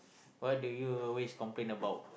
what do you always complain about